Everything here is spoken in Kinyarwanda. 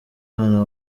bana